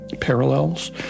parallels